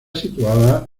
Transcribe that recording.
situada